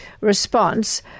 response